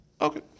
Okay